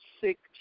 six